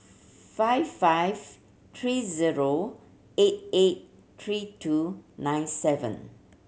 five five three zero eight eight three two nine seven